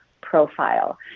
profile